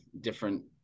different –